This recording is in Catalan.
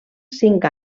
cinc